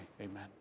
amen